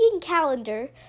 calendar